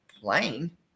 playing